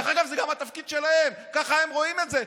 דרך אגב, זה גם התפקיד שלהם, ככה הם רואים את זה.